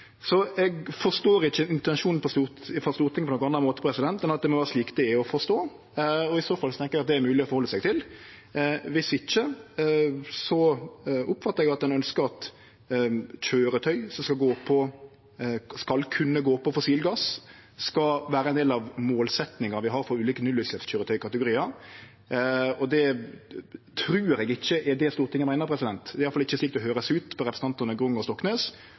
Eg forstår ikkje intensjonen frå Stortinget på annan måte enn at det må vere slik det er å forstå. I så fall tenkjer eg at det er mogleg å halde seg til. Viss ikkje, oppfattar eg at ein ønskjer at køyretøy som skal kunne gå på fossil gass, skal vere ein del av målsetjinga vi har for ulike nullutsleppskøyretøy og kategoriar, og det trur eg ikkje er det Stortinget meiner – iallfall ikkje slik det høyrest ut på det representantane Grung og Stoknes